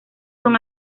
son